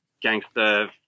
gangster